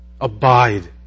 Abide